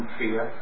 fear